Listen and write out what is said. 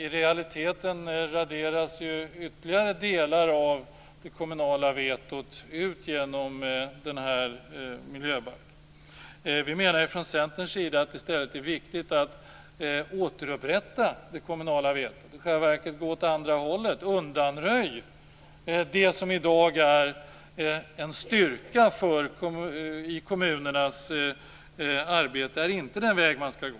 I realiteten raderas ytterligare delar av det kommunala vetot ut genom den här miljöbalken. Vi i Centern menar att det i stället är viktigt att återupprätta det kommunala vetot och att i själva verket gå åt andra hållet. Att undanröja det som i dag är en styrka i kommunernas arbete är inte den väg man skall gå.